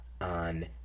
on